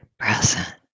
Present